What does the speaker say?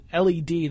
LED